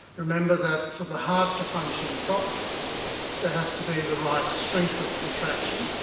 remember that for the heart to function properly there has to be the right strength of contraction,